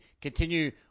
continue